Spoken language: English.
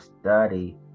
study